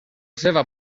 seva